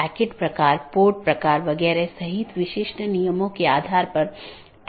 packet IBGP साथियों के बीच फॉरवर्ड होने के लिए एक IBGP जानकार मार्गों का उपयोग करता है